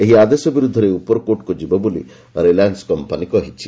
ଏହି ଆଦେଶ ବିରୁଦ୍ଧରେ ଉପରକୋର୍ଟକୁ ଯିବ ବୋଲି ରିଲାନ୍ନ କମ୍ପାନୀ କହିଛି